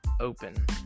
open